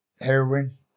Heroin